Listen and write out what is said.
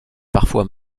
parfois